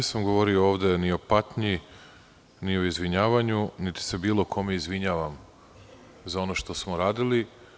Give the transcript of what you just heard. Nisam ovde govorio ni o patnji, ni o izvinjavanju, niti se bilo kome izvinjavam za ono što smo radili.